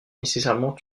nécessairement